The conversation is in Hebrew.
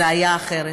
זה היה אחרת.